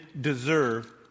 deserve